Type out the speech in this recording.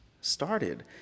started